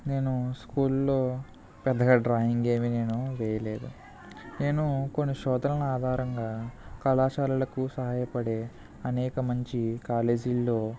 నేను స్కూల్లో పెద్దగా డ్రాయింగ్ ఏమి నేను వేయలేదు నేను కొన్ని శ్రోతలను ఆధారంగా కళాశాలలకు సహాయపడే అనేక మంచి కాలేజీలలో